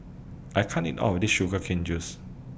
I can't eat All of This Sugar Cane Juice